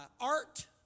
art